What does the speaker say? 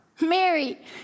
Mary